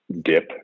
dip